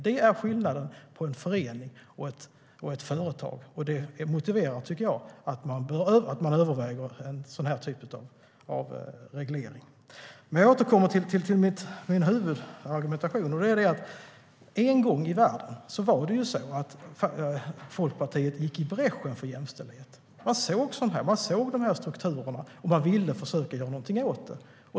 Det är skillnaden på en förening och ett företag, och det motiverar, tycker jag, att man överväger den här typen av reglering. Jag återkommer till min huvudargumentation. En gång i världen gick Folkpartiet i bräschen för jämställdhet. Man såg strukturerna och ville försöka göra något åt dem.